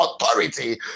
Authority